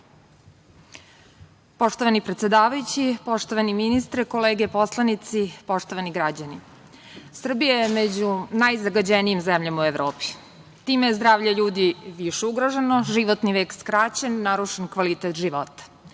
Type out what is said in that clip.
Poštovani predsedavajući, poštovani ministre, kolege poslanici, poštovani građani, Srbija je među najzagađenijim zemljama u Evropi. Time je zdravlje ljudi više ugroženo, životni vek skraćen, narušen kvalitet života. Jedan